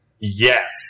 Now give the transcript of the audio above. Yes